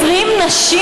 20 נשים.